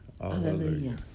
Hallelujah